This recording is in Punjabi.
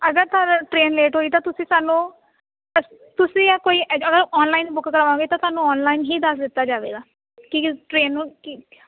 ਅਗਰ ਟ੍ਰੇਨ ਲੇਟ ਹੋਈ ਤਾਂ ਤੁਸੀਂ ਸਾਨੂੰ ਤੁਸੀਂ ਐ ਕੋਈ ਓਨਲਾਈਨ ਬੁੱਕ ਕਰਾਓਗੇ ਤਾਂ ਤੁਹਾਨੂੰ ਓਨਲਾਈਨ ਹੀ ਦੱਸ ਦਿੱਤਾ ਜਾਵੇਗਾ ਕਿ ਟ੍ਰੇਨ ਨੂੰ ਕੀ